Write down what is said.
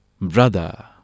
Brother